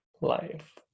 life